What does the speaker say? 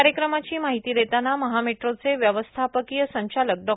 कार्यक्रमाची माहिती ोताना महामेट्रोचे व्यवस्थापकीय संचालक डॉ